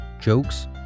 jokes